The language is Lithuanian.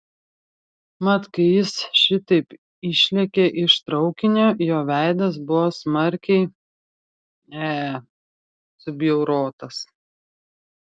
mat kai jis šitaip išlėkė iš traukinio jo veidas buvo smarkiai e subjaurotas